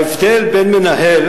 ההבדל בין מנהל,